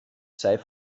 sei